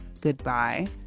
goodbye